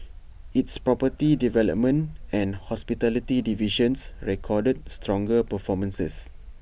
its property development and hospitality divisions recorded stronger performances